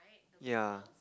yeah